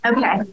Okay